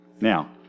Now